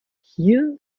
hier